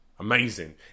Amazing